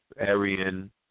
Aryan